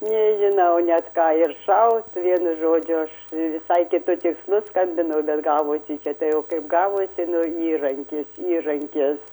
nežinau net ką ir šaut vienu žodžiu aš visai kitu tikslu skambinau bet gavosi čia tai jau taip kaip gavo įrankis įrankis